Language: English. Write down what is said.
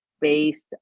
based